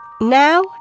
Now